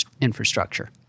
infrastructure